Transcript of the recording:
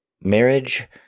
Marriage